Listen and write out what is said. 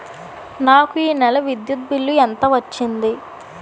నాకు ఈ నెల విద్యుత్ బిల్లు ఎంత వచ్చింది?